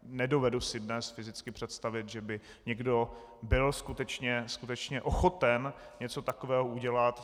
Nedovedu si dnes fyzicky představit, že by někdo byl skutečně ochoten něco takového udělat.